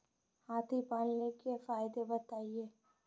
हाथी पालने के फायदे बताए?